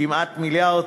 כמעט מיליארד,